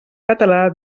català